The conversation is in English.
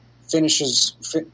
finishes